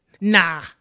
nah